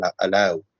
allow